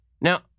Now